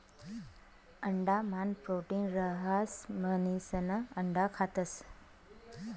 अंडा मान प्रोटीन रहास म्हणिसन अंडा खातस